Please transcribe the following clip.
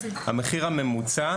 המחיר הממוצע,